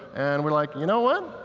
and we're like you know what,